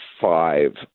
five